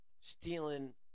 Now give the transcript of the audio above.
stealing